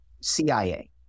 CIA